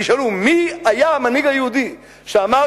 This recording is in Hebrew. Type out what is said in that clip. וישאלו: מי היה המנהיג היהודי שאמר